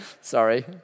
Sorry